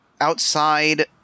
outside